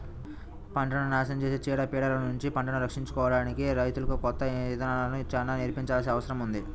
పంటను నాశనం చేసే చీడ పీడలనుంచి పంటను రక్షించుకోడానికి రైతులకు కొత్త ఇదానాలను చానా నేర్పించాల్సిన అవసరం ఉంది